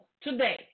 today